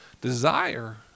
desire